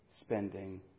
spending